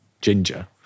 ginger